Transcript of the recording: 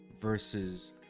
versus